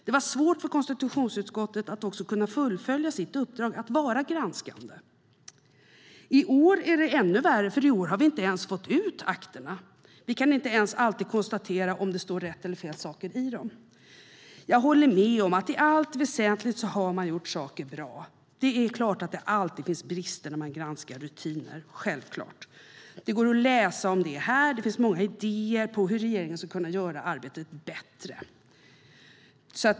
Det var svårt för konstitutionsutskottet att kunna fullfölja sitt uppdrag att vara granskande. I år är det ännu värre, för i år har vi inte ens fått ut akterna. Vi kan inte ens alltid konstatera om det står rätt eller fel saker i dem. Jag håller med om att regeringen i allt väsentligt har gjort saker bra. Det är självklart att det alltid kommer fram brister när man granskar rutiner. Det går att läsa om det här. Det finns många idéer om hur regeringen skulle kunna göra arbetet bättre.